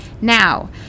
Now